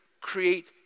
create